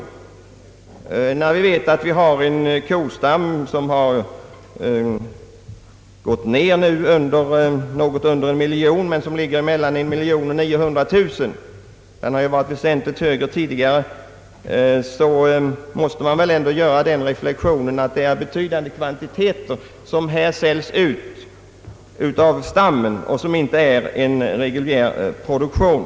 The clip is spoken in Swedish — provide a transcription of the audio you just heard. När vi vet att vi har en kostam som har minskat så att den nu utgör mellan 900 000 och 1 miljon kor, måste man väl göra den reflexionen att det är betydande kvantiteter som här säljs ut av stammen och sålunda ej fråga om enbart reguljär produktion.